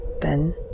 Ben